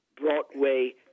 Broadway